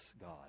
God